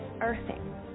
Earthing